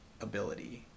ability